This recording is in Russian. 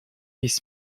есть